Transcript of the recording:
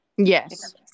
Yes